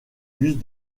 bus